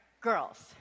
girls